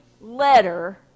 letter